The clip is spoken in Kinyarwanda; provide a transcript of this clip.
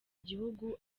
gihugu